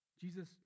Jesus